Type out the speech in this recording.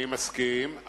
אני מסכים.